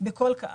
עולים בכל קהל.